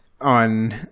on